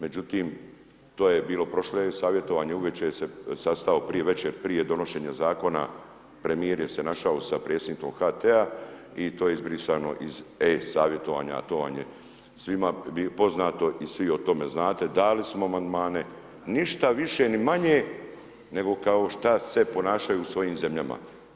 Međutim, to je bilo prošlo je savjetovanje, uvečer se sastao, prije večer, prije donošenja Zakona, premijer je se našao sa predsjednikom HT-a i to je izbrisano iz e-savjetovanja, a to vam je svima poznato i svi o tome znate, dali smo amandmane, ništa više, ni manje, nego kao što se ponašaju u svojim zemljama.